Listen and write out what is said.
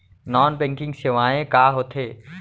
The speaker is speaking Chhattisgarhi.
नॉन बैंकिंग सेवाएं का होथे